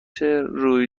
روی